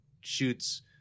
shoots –